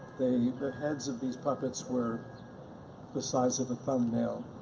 the heads of these puppets were the size of a thumbnail.